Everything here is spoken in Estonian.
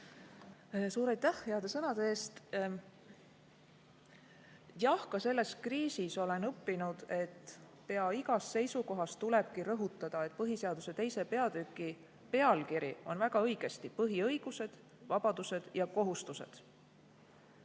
Suur aitäh heade sõnade eest! Jah, ka selles kriisis olen õppinud, et pea igas seisukohas tulebki rõhutada, et põhiseaduse teise peatüki pealkiri on väga õigesti "Põhiõigused, vabadused ja kohustused".